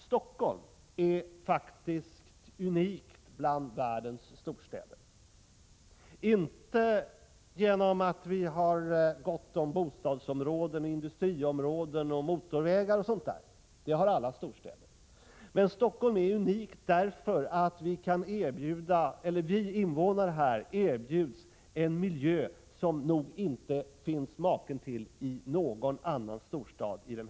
Stockholm är faktiskt unikt bland världens storstäder, inte genom att staden har gott om bostadsområden, industriområden, motorvägar och sådant — det har alla storstäder gott om. Men Stockholm är unikt därför att här erbjuds en miljö som det nog inte finns maken till i någon storstad av motsvarande storleksordning.